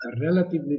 relatively